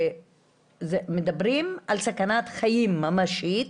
אנחנו מדברים על סכנת חיים ממשית,